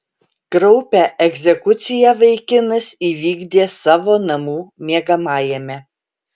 kraupią egzekuciją vaikinas įvykdė savo namų miegamajame